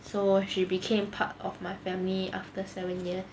so she became part of my family after seven years